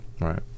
Right